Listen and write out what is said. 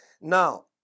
Now